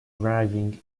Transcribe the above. driving